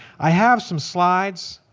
i have some slides,